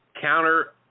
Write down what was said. counter